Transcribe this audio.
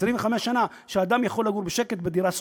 ל-25 שנה, כך שאדם יכול לגור בשקט בדירה שכורה,